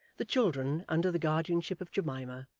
the children, under the guardianship of jemima,